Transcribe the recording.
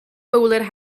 fowler